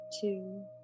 two